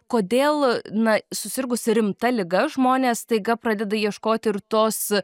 kodėl na susirgus rimta liga žmonės staiga pradeda ieškoti ir tos